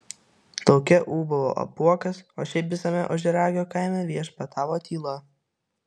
lauke ūbavo apuokas o šiaip visame ožiaragio kaime viešpatavo tyla